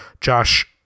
Josh